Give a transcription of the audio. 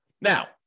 Now